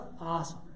awesome